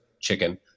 chicken